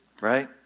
right